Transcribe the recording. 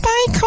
Bye